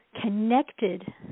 connected